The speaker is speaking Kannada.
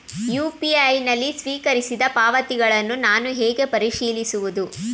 ಯು.ಪಿ.ಐ ನಲ್ಲಿ ಸ್ವೀಕರಿಸಿದ ಪಾವತಿಗಳನ್ನು ನಾನು ಹೇಗೆ ಪರಿಶೀಲಿಸುವುದು?